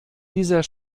dieser